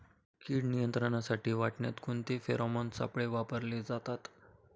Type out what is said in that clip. कीड नियंत्रणासाठी वाटाण्यात कोणते फेरोमोन सापळे वापरले जातात?